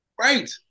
right